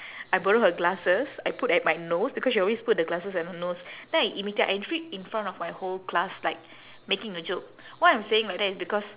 I borrow her glasses I put at my nose because she always put the glasses at her nose then I imitate I in fr~ in front of my whole class like making a joke why I'm saying like that is because